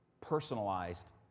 personalized